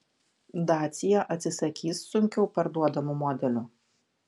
dacia atsisakys sunkiau parduodamų modelių